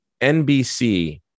NBC